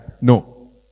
no